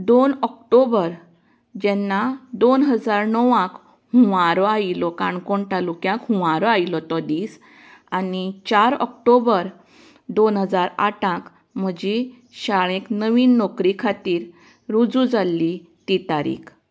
दोन ऑक्टोबर जेन्ना दोन हजार णवांत हुंवार आयिल्लो काणकोण तालुक्यांत हुंवार आयिल्लो तो दीस आनी चार ऑक्टोबर दोन हजार आठांक म्हजी शाळेंत नवीन नोकरी खातीर रुजूं जाल्ली ती तारीख